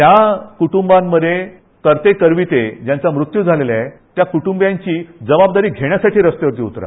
ज्या कुटुंबांमधे कर्ते करविते ह्यांचा मृत्यू झालेला आहे त्या कुटुंबियांची जबाबदारी घेण्यावरती रस्त्यावरती उतरा